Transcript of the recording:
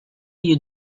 you